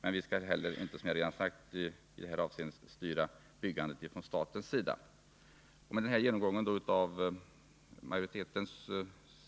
Men vi skall, som jag redan har sagt, inte heller i det här avseendet styra byggandet från statens sida. Med den här genomgången av utskottsmajoritetens